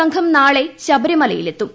സംഘം നാളെ ശബരിമലയിലെത്തും